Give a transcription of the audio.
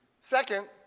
Second